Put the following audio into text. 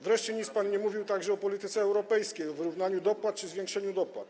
Wreszcie nic pan nie mówił także o polityce europejskiej, o wyrównaniu dopłat czy zwiększeniu dopłat.